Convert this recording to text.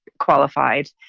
qualified